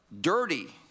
dirty